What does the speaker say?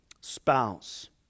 spouse